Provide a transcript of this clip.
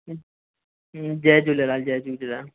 जय झूलेलाल जय झूलेलाल